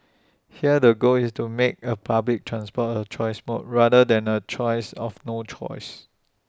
here the goal is to make A public transport A choice mode rather than A choice of no choice